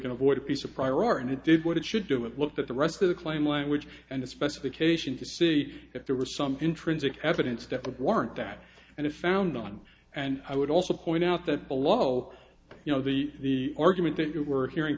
can avoid a piece of prior art and it did what it should do it looked at the rest of the claim language and a specification to see if there were some intrinsic evidence step of weren't that and if found on and i would also point out that below you know the argument that you were hearing